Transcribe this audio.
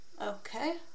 Okay